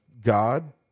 God